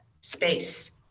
space